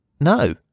No